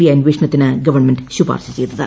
I അന്വേഷണത്തിന് government ശുപാർശ ചെയ്തത്